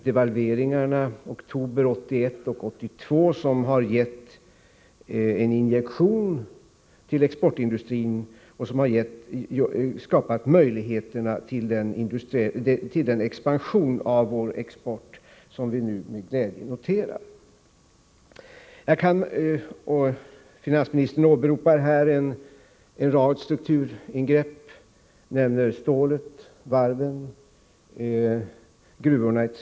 Devalveringarna i oktober 1981 och 1982 har gett en nödvändig lång sikt kostnadsanpassning och en injektion till exportindustrin och skapat möjligheterna till den expansion av vår export som vi nu med glädje noterar. Finansministern åberopar en rad strukturingrepp och nämner stålet, varven, gruvorna etc.